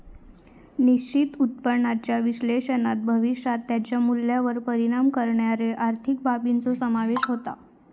निश्चित उत्पन्नाच्या विश्लेषणात भविष्यात त्याच्या मूल्यावर परिणाम करणाऱ्यो आर्थिक बाबींचो समावेश होता